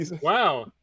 Wow